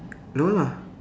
no lah